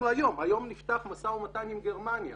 והיום נפתח משא ומתן עם גרמניה